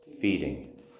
feeding